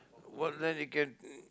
what then you can